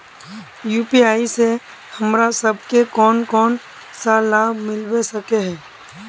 UPI से हमरा सब के कोन कोन सा लाभ मिलबे सके है?